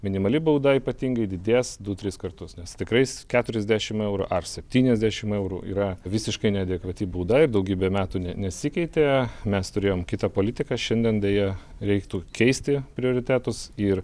minimali bauda ypatingai didės du tris kartus nes tikrais keturiasdešimt eurų ar septyniasdešimt eurų yra visiškai neadekvati bauda ir daugybę metų nesikeitė mes turėjom kitą politiką šiandien deja reiktų keisti prioritetus ir